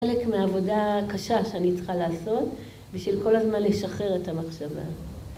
חלק מהעבודה הקשה שאני צריכה לעשות בשביל כל הזמן לשחרר את המחשבה